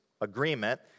agreement